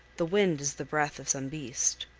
the wind is the breath of some beast,